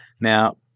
Now